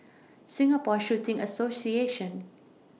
Singapore Shooting Association